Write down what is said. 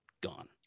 gone